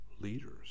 leaders